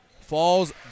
Falls